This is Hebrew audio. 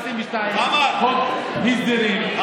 חוק הסדרים,